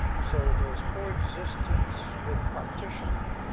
so there's coexistence with partitioning,